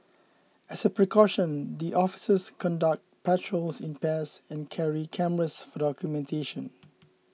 as a precaution the officers conduct patrols in pairs and carry cameras for documentation